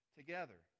together